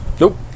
Nope